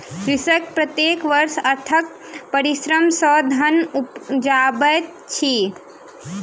कृषक प्रत्येक वर्ष अथक परिश्रम सॅ धान उपजाबैत अछि